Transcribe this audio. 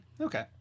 Okay